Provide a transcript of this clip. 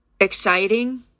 exciting